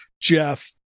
jeff